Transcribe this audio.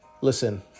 Listen